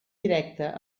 directa